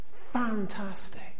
Fantastic